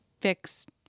fixed